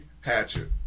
Hatchet